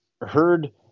heard